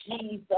Jesus